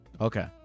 Okay